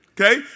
Okay